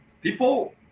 People